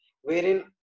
wherein